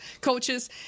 coaches